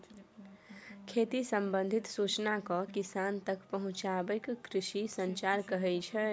खेती संबंधित सुचना केँ किसान तक पहुँचाएब कृषि संचार कहै छै